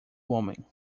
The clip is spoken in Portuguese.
homem